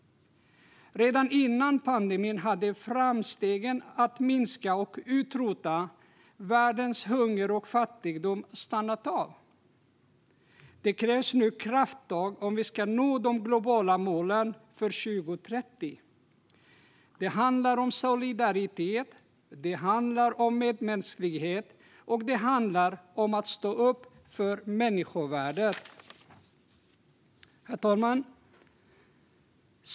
Redan före pandemin hade framstegen med att minska och utrota världens hunger och fattigdom stannat av. Det krävs nu krafttag om vi ska nå de globala målen för 2030. Det handlar om solidaritet, om medmänsklighet och om att stå upp for människovärdet. Herr talman!